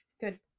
Good